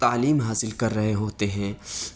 تعلیم حاصل کر رہے ہوتے ہیں